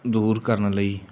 ਦੂਰ ਕਰਨ ਲਈ